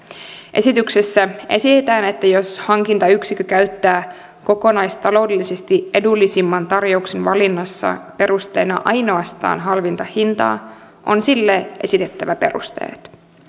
esityksessä esitetään että jos hankintayksikkö käyttää kokonaistaloudellisesti edullisimman tarjouksen valinnassa perusteena ainoastaan halvinta hintaa on sille esitettävä perusteet eli